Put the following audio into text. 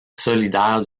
solidaire